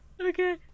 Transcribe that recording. Okay